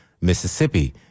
Mississippi